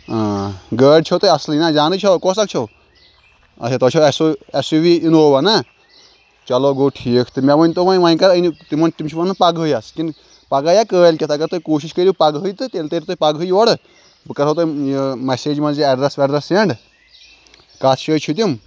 اۭں گٲڑۍ چھو تۄہہِ اَصلٕے نَہ جانٕے چھَوا کۄس اَکھ چھو اَچھا تۄہہِ چھو اٮ۪س او اٮ۪س یوٗ وی اِنووا نَہ چلو گوٚو ٹھیٖک تہٕ مےٚ ؤنۍتو وۄنۍ وۄنۍ کَر أنِو تِمَن تِم چھِ وَنان پَگہٕے اَس کِن پَگاہ یا کٲلۍ کٮ۪تھ اَگر تُہۍ کوٗشِش کٔرِو پَگہٕے تہٕ تیٚلہِ تٔرِو تُہۍ پَگہٕے یورٕ بہٕ کَرو تۄہہِ یہِ مَسیج منٛز یہِ اٮ۪ڈرٮ۪س وٮ۪ڈرٮ۪س سٮ۪نٛڈ کَتھ جاے چھِ تِم